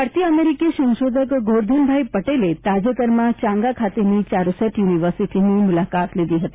ભારતીય અમેરિકી સંશોધક ગોરધનભાઈ પટેલે તાજેતરમાં ચાંગા ખાતેની ચારૂસેટ યુનિવર્સિટીની મુલાકાત લીધી હતી